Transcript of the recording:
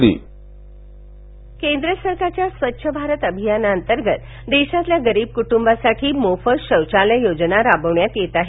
पालघर स्वच्छ भारत अभियान केंद्र सरकारच्या स्वच्छ भारत अभियाना अंतर्गत देशातल्या गरीब कुटुंबासाठी मोफत शौचालय योजना राबविण्यात येत आहे